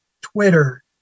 Twitter